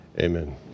Amen